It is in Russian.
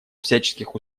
всяческих